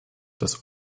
dass